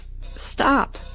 Stop